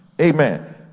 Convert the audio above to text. Amen